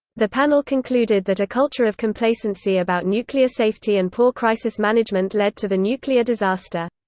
the panel concluded that a culture of complacency about nuclear safety and poor crisis management led to the nuclear disaster.